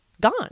gone